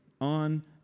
on